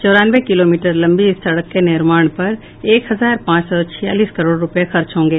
चौरानवे किलोमीटर लंबी इस सड़क के निर्माण पर एक हजार पांच सौ छियालीस करोड़ रूपये खर्च होंगे